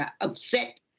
upset